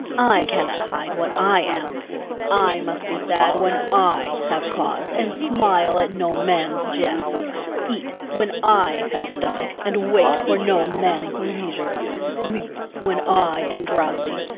i cannot hide what i am i must be sad when i have cause, and smile at no man's jests eat when i have stomach, and wait for no man's leisure sleep when i am drowsy,